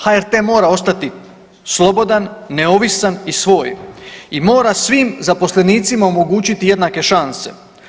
HRT mora ostati slobodan, neovisan i svoj i mora svim zaposlenicima omogućiti jednake šanse.